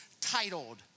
titled